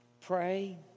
Pray